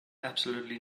absolutely